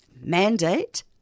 Mandate